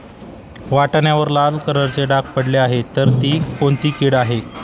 वाटाण्यावर लाल कलरचे डाग पडले आहे तर ती कोणती कीड आहे?